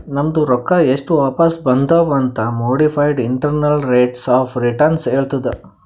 ನಮ್ದು ರೊಕ್ಕಾ ಎಸ್ಟ್ ವಾಪಿಸ್ ಬಂದಾವ್ ಅಂತ್ modified internal rates of return ಹೇಳತ್ತುದ್